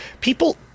People